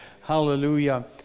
Hallelujah